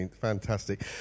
Fantastic